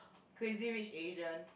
Crazy Rich Asian